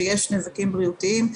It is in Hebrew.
שיש נזקים בריאותיים,